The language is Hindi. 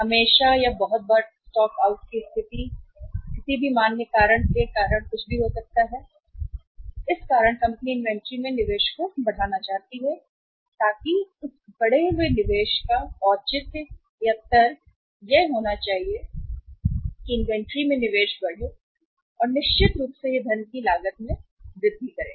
हमेशा या बहुत बार स्टॉक आउट की स्थिति या किसी भी मान्य के कारण कुछ भी होता है कारण कंपनी इन्वेंट्री में निवेश को बढ़ाना चाहती है ताकि तर्क और साथ ही उस बढ़े हुए निवेश का औचित्य यह होना चाहिए कि जब हम बढ़ें तो निवेश बढ़े इन्वेंट्री में निवेश निश्चित रूप से यह धन की लागत में वृद्धि करेगा